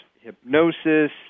hypnosis